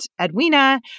Edwina